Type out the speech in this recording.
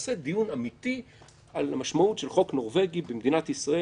ונעשה דיון אמיתי על המשמעות של חוק נורווגי במדינת ישראל,